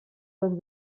els